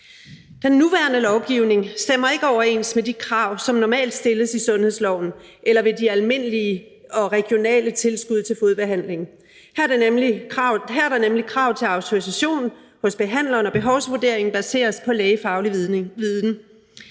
Den nuværende lovgivning stemmer ikke overens med de krav, som normalt stilles i sundhedsloven eller ved de almindelige og regionale tilskud til fodbehandling. Her er der nemlig krav til autorisation hos behandleren, og behovsvurderingen baseres på lægefaglig viden.